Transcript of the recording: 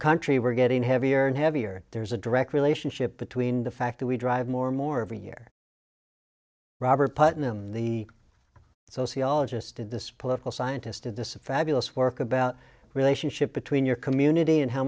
country we're getting heavier and heavier there's a direct relationship between the fact that we drive more and more every year robert putnam the sociologist in this political scientist did this affect us work about relationship between your community and how